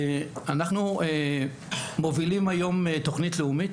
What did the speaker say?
אנחנו מובילים היום תוכנית לאומית.